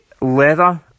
leather